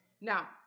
Now